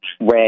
red